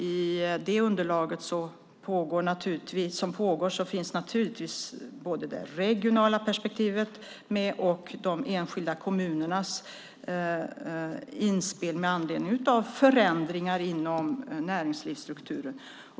I det arbete som pågår finns naturligtvis det regionala perspektivet och de enskilda kommunernas inspel med i anledning av förändringar inom näringslivsstrukturen.